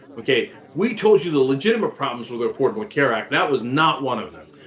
okay, we told you the legitimate problems with the affordable care act. that was not one of them.